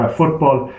football